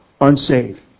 unsaved